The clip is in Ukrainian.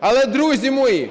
Але, друзі мої,